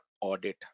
audit